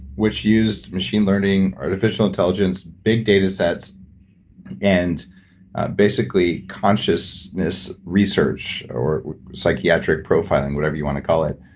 which used machine learning, artificial intelligence, big data sets and basically consciousness research or psychiatric profiling, whatever you want to call it,